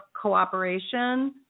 cooperation